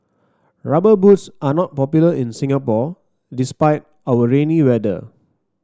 rubber boots are not popular in Singapore despite our rainy weather